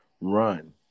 run